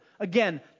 Again